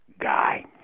guy